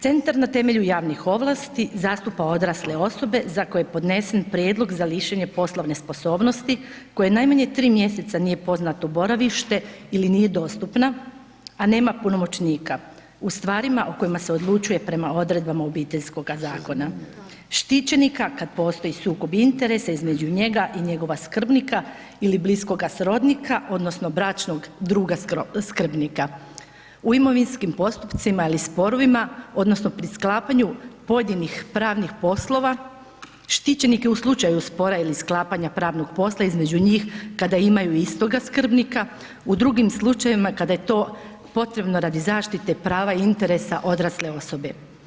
Centar na temelju javnih ovlasti zastupa odrasle osobe za koje je podnesen prijedlog za lišenje poslovne sposobnosti kojoj najmanje tri mjeseca nije poznato boravište ili nije dostupna, a nema punomoćnika u stvarima o kojima se odlučuje prema odredbama Obiteljskoga zakona štićenika kada postoji sukob interesa između njega i njegova skrbnika ili bliskoga srodnika odnosno bračnog druga skrbnika u imovinskim postupcima ili sporovima odnosno pri sklapanju pojedinih pravnih poslova, štićenike u slučaju spora ili sklapanja pravnog posla između njih kada imaju istoga skrbnika u drugim slučajevima kada je to potrebno radi zaštite prava i interesa odrasle osobe.